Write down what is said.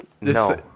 No